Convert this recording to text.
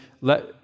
let